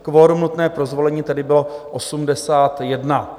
Kvorum nutné pro zvolení tedy bylo 81.